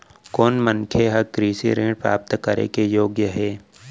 कोन मनखे ह कृषि ऋण प्राप्त करे के योग्य हे?